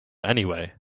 anyway